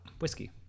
whiskey